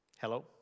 Hello